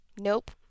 Nope